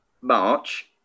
March